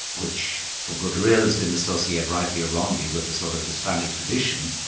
which for good or ill has been associated rightly or wrongly with the sort of hispanic tradition,